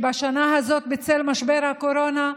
בשנה הזאת, בצל משבר הקורונה,